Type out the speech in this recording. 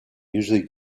usually